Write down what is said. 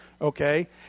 okay